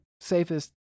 safest